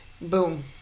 Boom